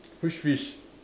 which fish